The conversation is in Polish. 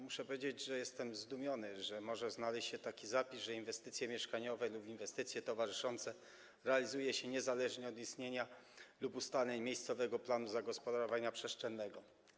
Muszę powiedzieć, że jestem zdumiony, że może znaleźć się taki zapis, że inwestycje mieszkaniowe lub inwestycje towarzyszące realizuje się niezależnie od istnienia lub ustaleń miejscowego planu zagospodarowania przestrzennego.